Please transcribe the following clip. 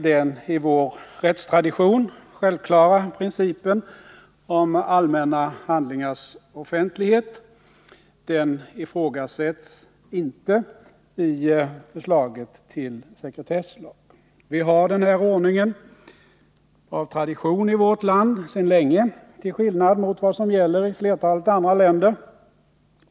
Den i vår rättstradition självklara principen om allmänna handlingars offentlighet ifrågasätts inte i förslaget till sekretesslag. Denna ordning har vi av tradition i vårt land sedan länge till skillnad mot vad som gäller i flertalet andra länder.